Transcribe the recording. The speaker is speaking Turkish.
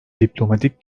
diplomatik